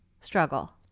struggle